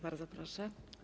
Bardzo proszę.